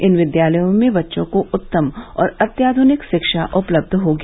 इन विद्यालयों में बच्चों को उत्तम और अत्याधुनिक शिक्षा उपलब्ध होगी